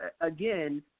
again